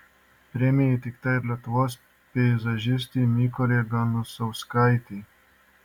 premija įteikta ir lietuvos peizažistei mykolei ganusauskaitei